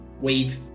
wave